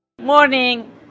Morning